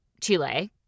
Chile